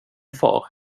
far